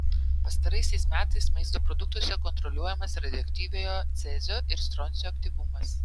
pastaraisiais metais maisto produktuose kontroliuojamas radioaktyviojo cezio ir stroncio aktyvumas